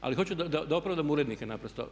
Ali hoću da opravdam urednike naprosto.